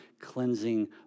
cleansing